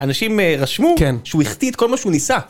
אנשים רשמו שהוא החטיא את כל מה שהוא ניסה